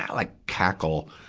like cackle.